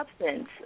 substance